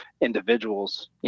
individuals